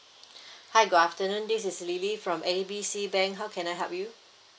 hi good afternoon this is lily from A B C bank how can I help you